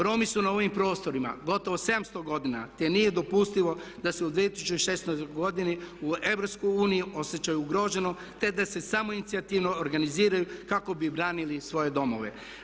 Romi su na ovim prostorima gotovo 700 godina te nije dopustivo da se u 2016.godini u EU osjećaju ugroženo te da se samoinicijativno organiziraju kako bi branili svoje domove.